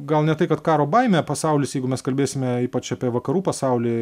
gal ne tai kad karo baimę pasaulis jeigu mes kalbėsime ypač apie vakarų pasaulį